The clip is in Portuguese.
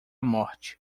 morte